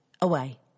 away